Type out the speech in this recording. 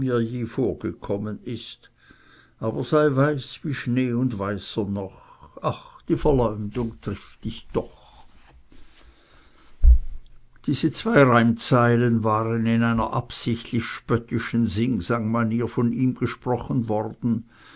je vorgekommen ist aber sei weiß wie schnee und weißer noch ach die verleumdung trifft dich doch diese zwei reimzeilen waren in einer absichtlich spöttischen singsangmanier von ihm gesprochen worden